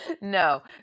No